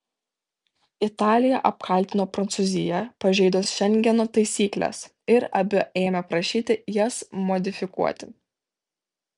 italija apkaltino prancūziją pažeidus šengeno taisykles ir abi ėmė prašyti jas modifikuoti